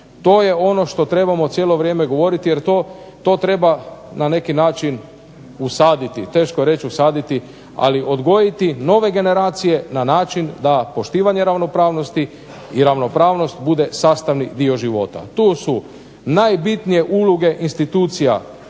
To je ono što trebamo cijelo vrijeme govoriti jer to treba na neki način usaditi. Teško je reći usaditi ali odgojiti nove generacije na način da poštivanje ravnopravnosti i ravnopravnost bude sastavni dio života. To su najbitnije uloge institucija